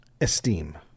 Esteem